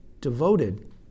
devoted